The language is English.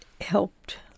helped